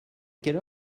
quelle